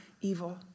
evil